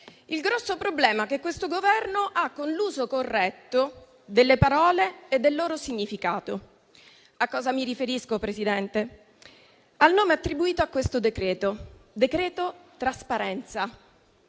il grosso problema che questo Governo ha con l'uso corretto delle parole e del loro significato. A cosa mi riferisco, signor Presidente? Al nome attribuito a questo decreto: decreto trasparenza.